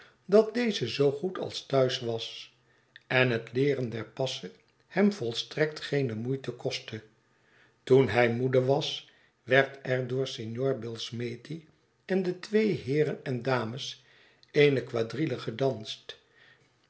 dat deze zoogoed als thuis was en het leeren der passen hem volstrekt geene moeite kostte toen hij moede was werd er door signor billsmethi en de twee heeren en dames eene quadrille gedanst